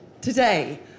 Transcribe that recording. today